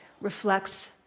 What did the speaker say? reflects